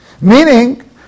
Meaning